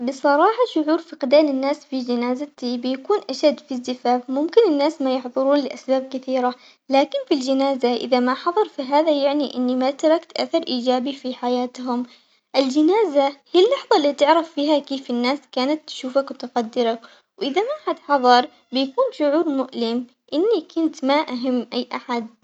بصراحة شعور فقدان الناس في جنازتي بيكون أشد، في الزفاف ممكن الناس ما يحضرون لأسباب كثيرة لكن في الجنازة إذا ما حضر فهذا يعني إني أثرت أثر إيجابي في حياتهم، الجنازة هي اللحظة اللي تعرف فيها كيف الناس كانت تشوفك وتقدرك، وإذا ما حد حضر بيكون شعور مؤلم إني كنت ما أهم أي أحد.